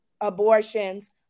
abortions